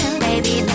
baby